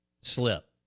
slip